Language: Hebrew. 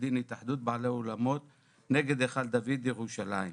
דין התאחדות בעלי אולמות נגד היכל דוד ירושלים,